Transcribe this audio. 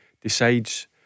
decides